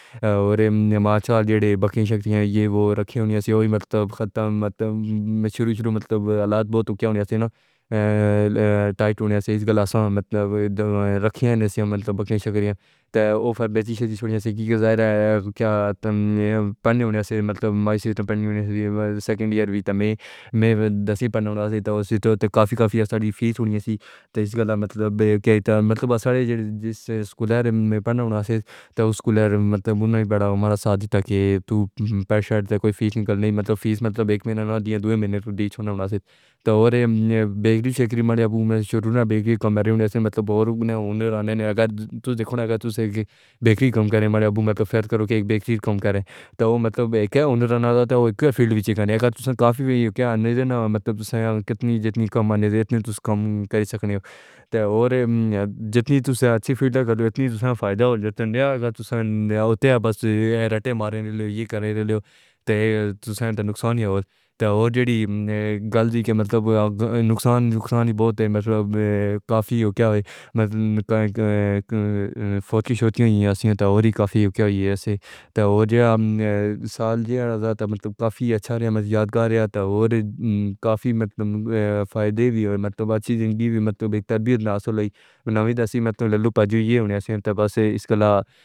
اور انہیں سال جبھی شک ہیں یہ وہ رکھی ہونی چاہیے۔ یہی مطلب ختم مطلب شروع شروئے مطلب حالات بہت اکیا نہ تائٹ ہونے سے اس کا مطلب یہ رکھی ہوئیں۔ مطلب ہم شکریہ پہ بھیجی جاتی ہے کہ تم پڑھنے ہو نہ مطلب مائی سٹریٹ پر نہ سکنڈیر بھی تمیں میں دس پڑھنا چلا گیا تو کافی کافی فیس ہونی سی تجھ گالا مطلب کے مطلب سارے جس سکول میں پڑھنا ہونا تھا اسکول میں بڑا ساتھ تاکہ وہ پیشہ تاکہ فیس نکل نہیں مطلب فیس مطلب ایک مہینہ دو مہینے ڈیٹ ہونا تھا اور یہ بیکری جیسی میری ابو میں شروع نہ بیکری کمی ہونی سے مطلب اور نہ آنے نہ دیکھنا کہ تو سے بیکری کم کریں۔ ماری ابو میں تو فرق ہے کہ ایک بیکری کم کرے تو وہ مطلب ہونے رہانا ہوتا ہے کہ فیلڈ میں کیا کافی ہے کیا اندر نہ مطلب کتنی جتنی کمائیں دیتے تھے کم کر سکتے تھے اور جتنی ہی تو سے اچھی فیلٹر کر لی تھی۔ تھا فائدہ اٹھایا کرنے والوں نے یہ کر دیا تھا کہ نقصانی اور سے گلی کے مطلب نقصان کسان بہت کافی ہو گیا ہے مگر فوٹیج ہوتی ہے یا کسی طرح اوری کافی ہوگیا ہے سے تائور سال جیسا بہت کافی اچھا رہا۔ میں یادگار تھا اور کافی مطلب فائدے بھی ہوئے۔ مطلب اچھی زندگی بھی مطلب تہذیب نے سولہی بناوی تھی۔ مطلب لوپے جو یہ ہونی چاہتے ہیں تو بس اس کا مطلب